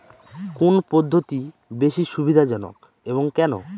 কোন পদ্ধতি বেশি সুবিধাজনক এবং কেন?